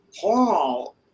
Paul